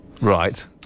Right